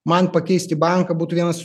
man pakeisti banką būtų vienas